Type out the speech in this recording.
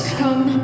come